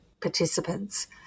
participants